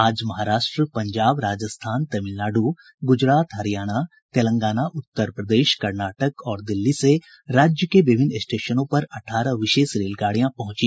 आज महाराष्ट्र पंजाब राजस्थान तमिलनाडु गुजरात हरियाणा तेलंगाना उत्तर प्रदेश कर्नाटक और दिल्ली से राज्य के विभिन्न स्टेशनों पर अठारह विशेष रेलगाड़ियां पहुंची